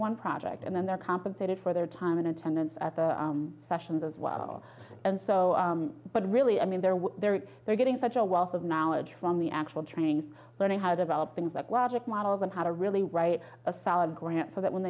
one project and then they're compensated for their time in attendance at the sessions as well and so but really i mean there were there were getting such a wealth of knowledge from the actual training learning how developing that was like models and how to really write a solid grant so that when